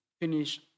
finish